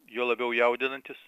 juo labiau jaudinantis